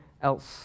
else